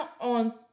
on